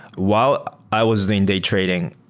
while i was doing day trading,